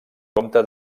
comte